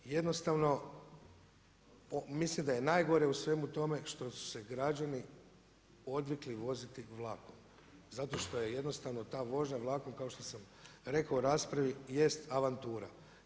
Jednostavno mislim da je najgore u svemu tome što su se građani odvikli voziti vlakom, zato što je ta vožnja vlakom kao što sam rekao u raspravi jest avantura.